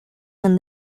when